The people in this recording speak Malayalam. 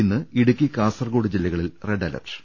ഇന്ന് ഇടു ക്കി കാസർകോട് ജില്ലകളിൽ റെഡ് അലർട്ട്